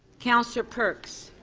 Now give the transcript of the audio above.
councillor perks?